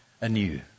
anew